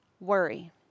worry